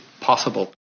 possible